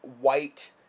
white